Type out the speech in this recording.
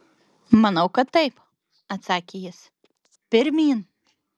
manau kad taip atsakė jis pirmyn